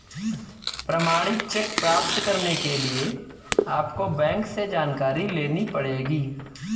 प्रमाणित चेक प्राप्त करने के लिए आपको बैंक से जानकारी लेनी पढ़ेगी